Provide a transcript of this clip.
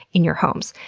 in your homes.